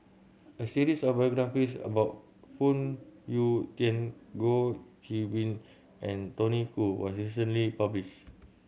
a series of biographies about Phoon Yew Tien Goh Qiu Bin and Tony Khoo was recently published